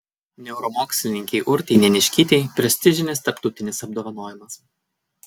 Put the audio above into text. neuromokslininkei urtei neniškytei prestižinis tarptautinis apdovanojimas